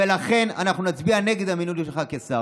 ולכן אנחנו נצביע נגד המינוי שלך כשר.